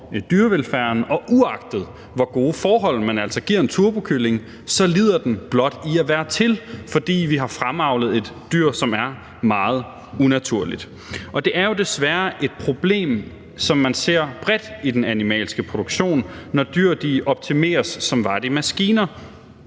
Uagtet hvor gode forhold man altså giver en turbokylling, lider den blot ved at være til, fordi vi har fremavlet et dyr, som er meget unaturligt. Det er jo desværre et problem, som man ser bredt i den animalske produktion, når dyr optimeres, som var de maskiner.